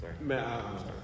man